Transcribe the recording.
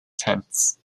tents